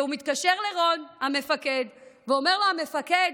והוא מתקשר לרון המפקד ואומר לו: המפקד,